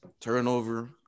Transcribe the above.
Turnover